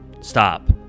Stop